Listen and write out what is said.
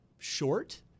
Short